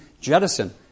jettison